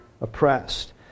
oppressed